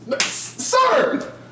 Sir